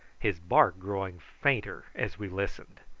his bark growing fainter as we listened.